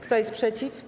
Kto jest przeciw?